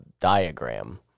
diagram